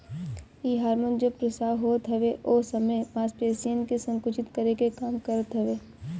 इ हार्मोन जब प्रसव होत हवे ओ समय मांसपेशियन के संकुचित करे के काम करत हवे